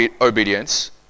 obedience